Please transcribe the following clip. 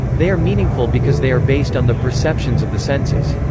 they are meaningful because they are based on the perceptions of the senses.